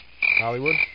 Hollywood